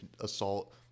assault